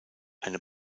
eine